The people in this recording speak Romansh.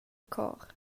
cor